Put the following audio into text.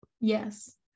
Yes